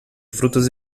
frutas